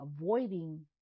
avoiding